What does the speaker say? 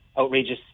outrageous